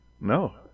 No